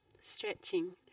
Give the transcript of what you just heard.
Stretching